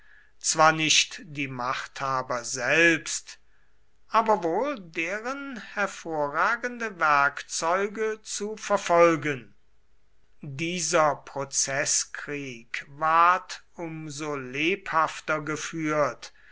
zwar nicht die machthaber selbst aber wohl deren hervorragende werkzeuge zu verfolgen dieser prozeßkrieg ward um so lebhafter geführt